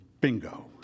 bingo